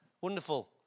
wonderful